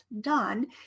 done